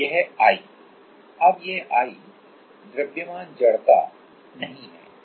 अब यह mass inertia नहीं है